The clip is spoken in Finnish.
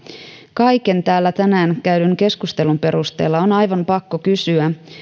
kaiken täällä tänään käydyn keskustelun perusteella on aivan pakko kysyä